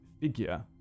figure